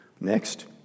Next